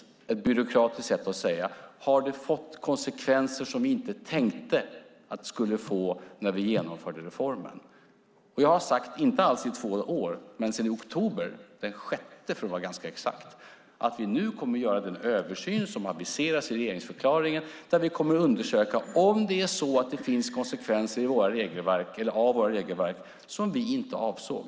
Det är ett byråkratiskt sätt att säga att det har fått konsekvenser som vi inte tänkte att det skulle få när vi genomförde reformen. Jag har sagt, inte alls i två år men sedan oktober, den 6 för att vara exakt, att vi nu kommer att göra den översyn som aviseras i regeringsförklaringen där vi kommer att undersöka om det finns konsekvenser av våra regelverk som vi inte avsåg.